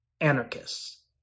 anarchists